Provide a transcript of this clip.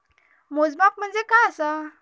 मोजमाप म्हणजे काय असा?